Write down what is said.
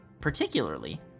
particularly